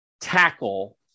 tackle